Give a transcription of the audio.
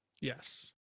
Yes